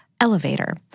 elevator